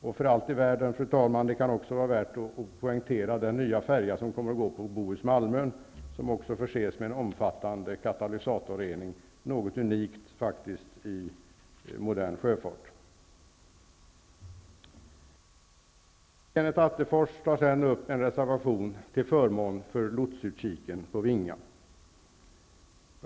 Det kan också, fru talman, vara värt att peka på den nya färja som kommer att gå till Bohus-Malmön och som förses med en omfattande katalysatorrening. Det är faktiskt unikt inom modern sjöfart. Kenneth Attefors tog upp en reservation till förmån för lotsutkiken på Vinga.